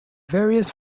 various